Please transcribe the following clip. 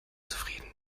zufrieden